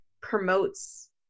promotes